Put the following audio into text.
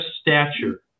stature